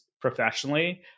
professionally